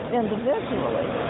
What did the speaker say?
individually